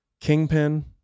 Kingpin